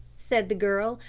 said the girl,